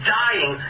dying